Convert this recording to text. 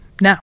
Now